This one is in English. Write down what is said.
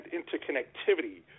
interconnectivity